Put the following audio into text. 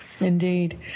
Indeed